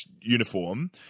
uniform